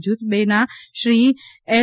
જુથ બેના શ્રી એલ